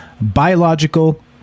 biological